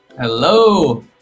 Hello